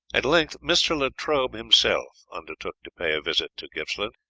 at length mr. latrobe himself undertook to pay a visit to gippsland.